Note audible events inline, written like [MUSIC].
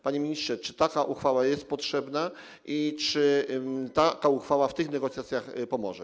Panie ministrze, czy taka uchwała jest potrzebna i czy [NOISE] taka uchwała w tych negocjacjach pomoże?